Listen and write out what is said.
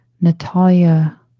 Natalia